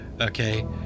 okay